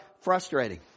frustrating